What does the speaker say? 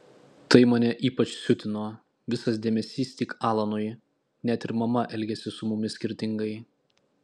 tai mane ypač siutino visas dėmesys tik alanui net ir mama elgėsi su mumis skirtingai